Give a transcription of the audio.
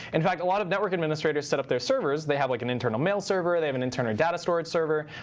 in fact, a lot of network administrators set up their servers. they have like an internal mail server. they have an internal data storage server.